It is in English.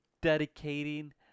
dedicating –